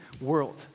world